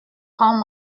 home